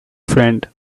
friend